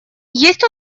есть